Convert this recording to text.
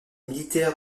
militaires